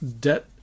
Debt